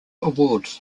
awards